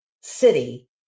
city